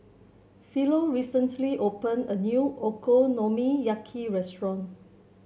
Philo recently open a new Okonomiyaki restaurant